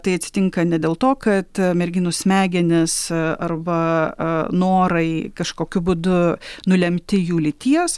tai atsitinka ne dėl to kad merginų smegenys arba a norai kažkokiu būdu nulemti jų lyties